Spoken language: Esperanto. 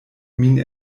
min